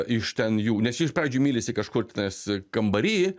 iš ten jų nes jie iš pradžių mylisi kažkur tenais kambary